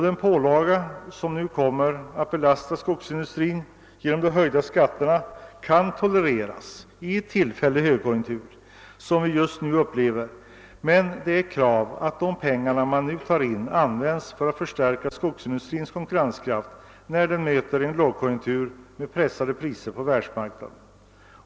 Den pålaga som nu kommer att belasta skogsindustrin i form av höjda skatter kan tolereras i en tillfällig högkonjunktur som den vi just nu upplever, men det är ett krav att de pengar som nu tas in används för att förstärka skogsindustrins konkurrenskraft under en lågkonjunktur med pressade priser på världsmarknaden.